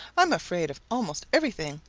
i'm afraid of almost everything.